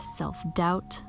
self-doubt